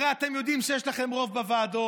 הרי אתם יודעים שיש לכם רוב בוועדות.